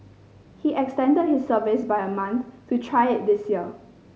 he extended his service by a month to try it this year